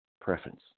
preference